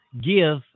give